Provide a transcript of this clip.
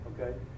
Okay